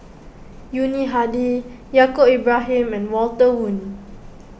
Yuni Hadi Yaacob Ibrahim and Walter Woon